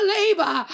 labor